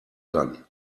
kann